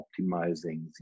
optimizing